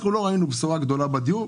אנחנו לא ראינו בשורה גדולה בדיור,